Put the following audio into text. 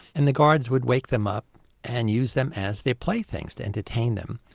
and the guards would wake them up and use them as their playthings to entertain them.